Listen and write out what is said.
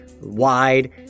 wide